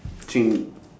three